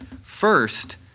First